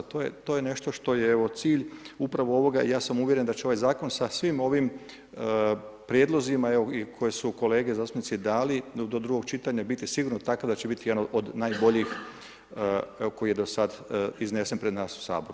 To je nešto što je cilj upravo ovoga i ja sam uvjeren da će ovaj zakon, sa svim ovim prijedlozima i koje su kolege zastupnici dali, do drugog čitanja, biti sigurno takva da će biti jedan od najboljih koji je do sada iznesen pred nas u Sabor.